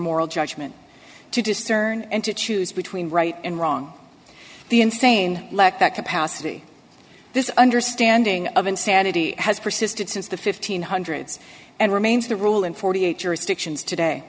moral judgment to discern and to choose between right and wrong the insane lack that capacity this understanding of insanity has persisted since the fifteen hundreds and remains the rule in forty eight jurisdictions today